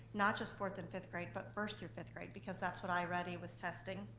not just fourth and fifth grade, but first through fifth grade, because that's what i already was testing.